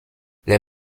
les